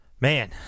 Man